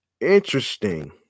Interesting